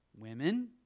women